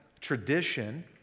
Tradition